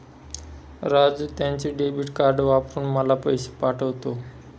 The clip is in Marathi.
राजू त्याचे डेबिट कार्ड वापरून मला पैसे पाठवतो